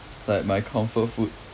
like my comfort food